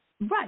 Right